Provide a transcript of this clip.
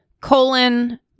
colon